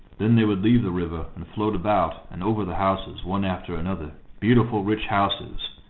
then they would leave the river and float about and over the houses, one after another beautiful rich houses,